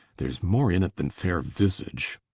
there's more in't then faire visage.